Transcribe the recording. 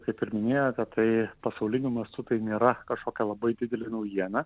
kaip ir minėjote tai pasauliniu mastu tai nėra kažkokia labai didelė naujiena